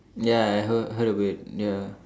ya I heard heard of it ya